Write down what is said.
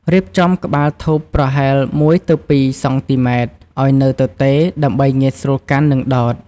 រៀបចំក្បាលធូបប្រហែល ១ ទៅ ២ សង់ទីម៉ែត្រឱ្យនៅទទេ ដើម្បីងាយស្រួលកាន់ និងដោត។